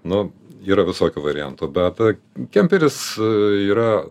nu yra visokių variantų bet kemperis yra